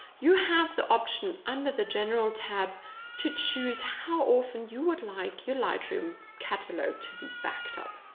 you have the option under the general tab to choose how often you would like your lightroom catalogue to be backed-up.